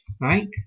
right